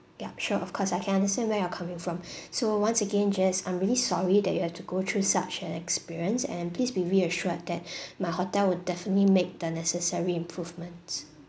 yup sure of course I can understand where you're coming from so once again jess I'm really sorry that you have to go through such an experience and please be reassured that my hotel would definitely make the necessary improvement